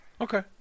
Okay